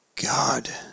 God